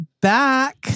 back